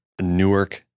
Newark